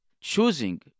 choosing